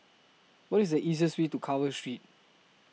What IS The easiest Way to Carver Street